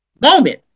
moment